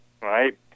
right